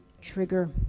trigger